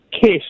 kiss